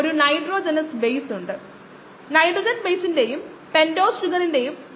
അതിനാൽ നമുക്ക് NADH ഫ്ലൂറസെൻസിലൂടെ കോശങ്ങളുടെ സാന്ദ്രത വർദ്ധിക്കുന്നത് പിന്തുടരാം